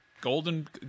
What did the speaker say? Golden